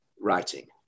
writing